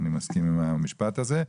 אני מסכים עם המשפט הזה.